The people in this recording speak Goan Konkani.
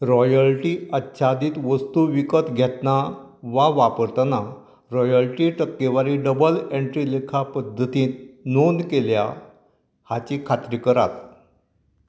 रॉयल्टी आच्छादीत वस्तू विकत घेतना वा वापरतना रॉयल्टी टक्केवारी डबल एंट्री लेखा पद्दतींत नोंद केल्या हाची खात्री करात